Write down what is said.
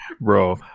Bro